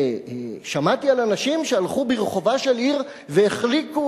ושמעתי על אנשים שהלכו ברחובה של עיר והחליקו